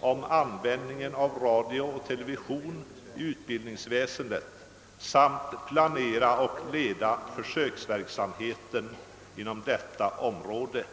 om användningen av radio och television i utbildningsväsendet samt att planera och leda försöksverksamhet inom detta område».